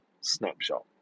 snapshot